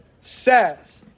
says